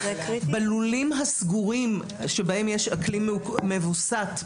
בלולים הסגורים בהם יש אקלים מווסת,